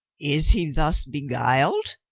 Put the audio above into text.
is he thus beguiled?